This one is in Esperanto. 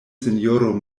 sinjoro